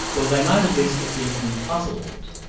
or they might at least have been puzzled.